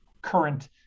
current